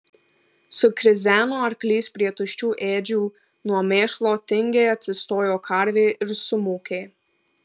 sukrizeno arklys prie tuščių ėdžių nuo mėšlo tingiai atsistojo karvė ir sumūkė